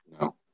No